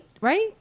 Right